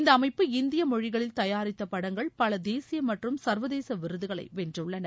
இந்த அமைப்பு இந்திய மொழிகளில் தயாரித்த படங்கள் பல தேசிய மற்றும் சா்வதேச விருதுகளை வென்றுள்ளன